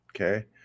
okay